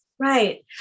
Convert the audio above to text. Right